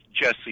Jesse